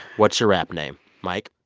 what's your rap name, mike?